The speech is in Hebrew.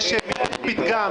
ואז אמרת גם שזו שתיקת הכבשים.